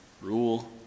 Rule